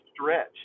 stretch